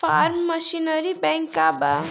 Form machinery bank का बा?